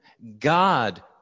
God